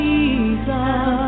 Jesus